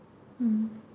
mm